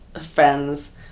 friends